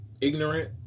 ignorant